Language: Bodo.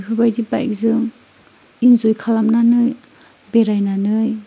बेफोरबायदि बाइकजों इन्जय खालामनानै बेरायनानै